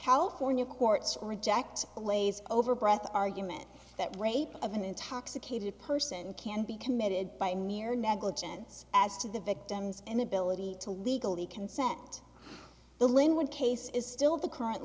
california courts reject glaze over breath argument that rape of an intoxicated person can be committed by mere negligence as to the victim's inability to legally consent the lynwood case is still the current